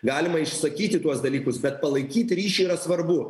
galima išsakyti tuos dalykus bet palaikyt ryšį yra svarbu